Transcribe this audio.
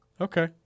Okay